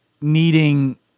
needing